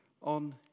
on